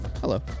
Hello